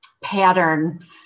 pattern